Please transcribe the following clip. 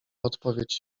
odpowiedź